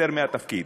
אתפטר מהתפקיד.